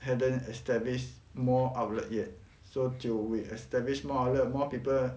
haven't establish more outlet yet so till we establish more outlet more people